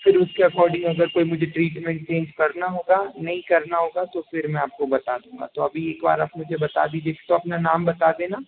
फ़िर उसके अकॉर्डिंग अगर कोई मुझे ट्रीटमेंट चेंज करना होगा नहीं करना होगा तो फ़िर मैं आपको बता दूंगा तो अभी एक बार आप मुझे बता दीजिए एक तो अपना नाम बता देना